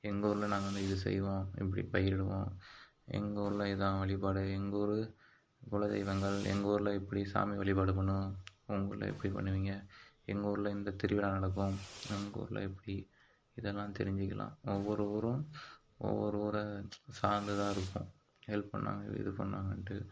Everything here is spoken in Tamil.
எங்கள் ஊரில் நாங்கள் வந்து இது செய்வோம் இப்படி பயிரிடுவோம் எங்கள் ஊரில் இதான் வழிபாடு எங்கள் ஊர் குலதெய்வங்கள் எங்கள் ஊரில் இப்படி சாமி வழிபாடு பண்ணுவோம் உங்கள் ஊரில் எப்படி பண்ணுவீங்க எங்கள் ஊரில் இந்த திருவிழா நடக்கும் உங்கள் ஊரில் எப்படி இதெல்லாம் தெரிஞ்சிக்கலாம் நம்ம ஒவ்வொருவரும் ஒவ்வொரு ஊரை சார்ந்து தான் இருப்போம் எது இது பண்ணாங்கன்ட்டு